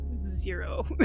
zero